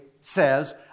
says